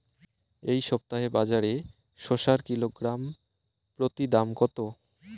এই সপ্তাহে বাজারে শসার কিলোগ্রাম প্রতি দাম কত?